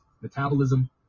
metabolism